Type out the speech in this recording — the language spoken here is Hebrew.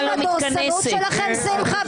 כי אנחנו מבקשים הסברים לדורסנות שלכם, שמחה?